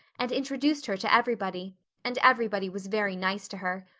and introduced her to everybody and everybody was very nice to her.